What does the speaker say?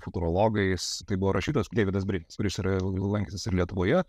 futurologais tai buvo rašytas deividas brinis kuris yra lankęsis ir lietuvoje